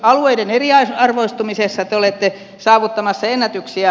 alueiden eriarvoistumisessa te olette saavuttamassa ennätyksiä